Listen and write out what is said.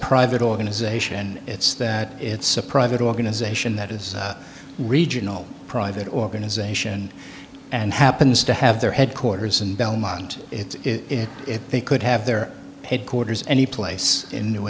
private organization it's that it's a private organization that is a regional private organization and happens to have their headquarters in belmont it's it if they could have their headquarters any place in new